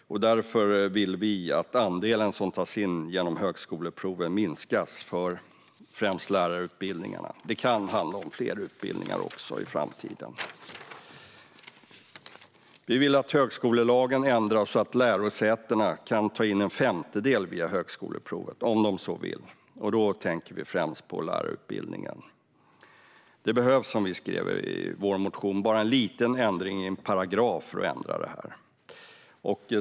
Därför vill vi att den andel som tas in genom högskoleprovet minskas till främst lärarutbildningarna. Det kan också handla om fler utbildningar i framtiden. Vi vill att högskolelagen ändras så att lärosätena kan ta in en femtedel via högskoleprovet, om de så vill. Då tänker vi främst på lärarutbildningarna. Som vi skriver i vår motion behövs det bara en liten ändring i en paragraf för att ändra det här.